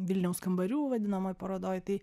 vilniaus kambarių vadinamoj parodoj tai